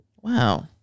Wow